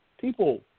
People